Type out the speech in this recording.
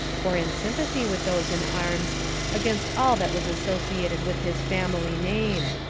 or in sympathy with those in arms against all that was associated with his family name.